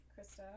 Krista